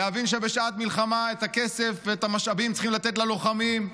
להבין שבשעת מלחמה את הכסף ואת המשאבים צריכים לתת ללוחמים,